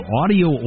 audio